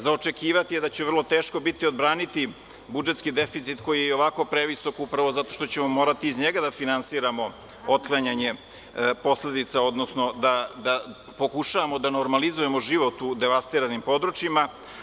Za očekivati je da će vrlo teško odbraniti budžetski deficit, koji je i ovako previsok upravo zato što ćemo morati iz njega da finansiramo otklanjanje posledica, odnosno da pokušavamo da normalizujemo život u devastiranim područjima.